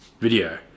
video